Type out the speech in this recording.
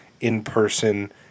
in-person